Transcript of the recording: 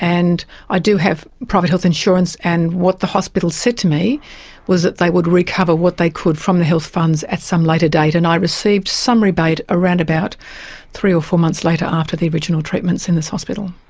and i do have private health insurance, and what the hospital said to me was that they would recover what they could from the health funds at some later date. and i received some rebate, around about three or four months later after the original treatments in this hospital.